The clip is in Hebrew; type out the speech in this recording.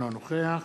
אינו נוכח